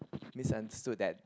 misunderstood that